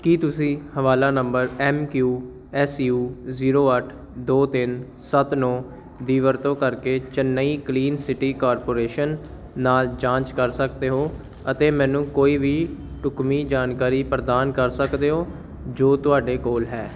ਕੀ ਤੁਸੀਂ ਹਵਾਲਾ ਨੰਬਰ M Q S U zero ਅੱਠ ਦੋ ਤਿੰਨ ਸੱਤ ਨੌਂ ਦੀ ਵਰਤੋਂ ਕਰਕੇ ਚੇਨੱਈ ਕਲੀਨ ਸਿਟੀ ਕਾਰਪੋਰੇਸ਼ਨ ਨਾਲ ਜਾਂਚ ਕਰ ਸਕਦੇ ਹੋ ਅਤੇ ਮੈਨੂੰ ਕੋਈ ਵੀ ਢੁਕਵੀਂ ਜਾਣਕਾਰੀ ਪ੍ਰਦਾਨ ਕਰ ਸਕਦੇ ਹੋ ਜੋ ਤੁਹਾਡੇ ਕੋਲ ਹੈ